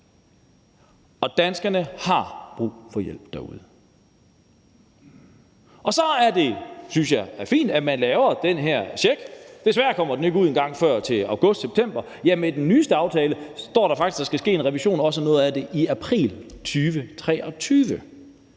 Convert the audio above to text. Danskerne har brug for hjælp derude. Og så er det da fint, synes jeg, at man laver den her check. Desværre kommer den ikke ud før engang til august/september, ja, i den nyeste aftale står der faktisk, at der skal ske en revision også af noget af det i april 2023.